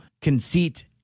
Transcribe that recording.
conceit